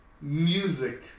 music